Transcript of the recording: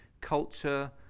Culture